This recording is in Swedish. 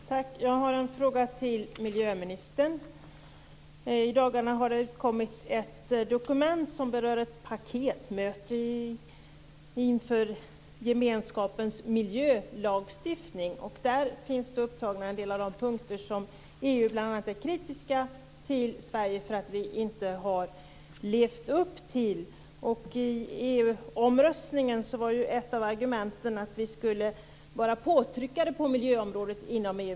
Fru talman! Tack. Jag har en fråga till miljöministern. I dagarna har det utkommit ett dokument som berör ett paketmöte inför gemenskapens miljölagstiftning. Där finns upptagna en del av de punkter som EU kritiserar Sverige för att inte ha levt upp till. I EU omröstningen var ett av argumenten att vi skulle vara påtryckare på miljöområdet inom EU.